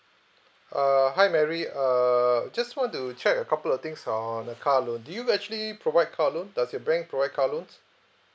uh hi mary err just want to check a couple of things on a car loan do you actually provide car loan does your bank provide car loans